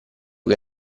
che